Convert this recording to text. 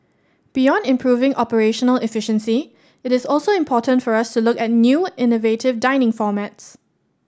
beyond improving operational efficiency it is also important for us to look at new innovative dining formats